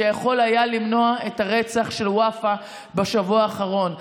שיכול היה למנוע את הרצח של ופאא בשבוע האחרון.